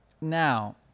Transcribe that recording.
now